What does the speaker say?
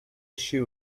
shoe